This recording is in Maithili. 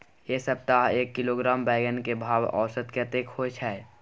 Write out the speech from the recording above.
ऐ सप्ताह एक किलोग्राम बैंगन के भाव औसत कतेक होय छै?